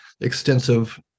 extensive